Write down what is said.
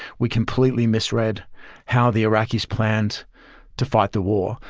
we completely misread how the iraqis planned to fight the war.